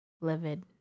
livid